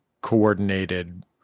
coordinated